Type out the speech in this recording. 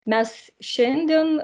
mes šiandien